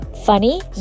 Funny